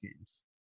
games